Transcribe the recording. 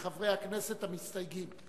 לחברי הכנסת המסתייגים בלבד.